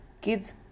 Kids